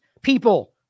people